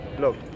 Look